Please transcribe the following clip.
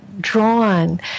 drawn